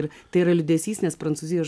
ir tai yra liūdesys nes prancūzijos